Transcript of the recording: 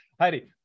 Heidi